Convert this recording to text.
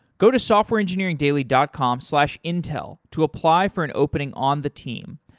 go to softwareengineeringdaily dot com slash intel to apply for an opening on the team.